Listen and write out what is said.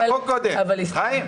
אבל מציגים את החוק קודם, חיים.